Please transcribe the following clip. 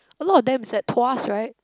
a lot of them is at Tuas right